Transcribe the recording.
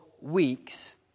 weeks